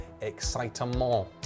excitement